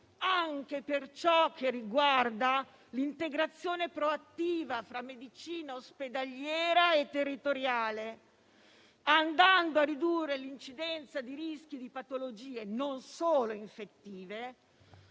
anche per ciò che riguarda l'integrazione proattiva fra medicina ospedaliera e territoriale, andando a ridurre l'incidenza dei rischi di patologie, non solo infettive,